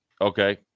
Okay